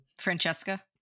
Francesca